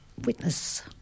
witness